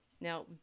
Now